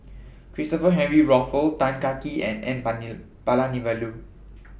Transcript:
Christopher Henry Rothwell Tan Kah Kee and N Palanivelu